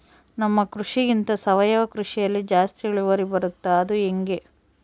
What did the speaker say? ನಮ್ಮ ಕೃಷಿಗಿಂತ ಸಾವಯವ ಕೃಷಿಯಲ್ಲಿ ಜಾಸ್ತಿ ಇಳುವರಿ ಬರುತ್ತಾ ಅದು ಹೆಂಗೆ?